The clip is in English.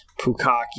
pukaki